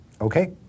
Okay